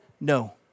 no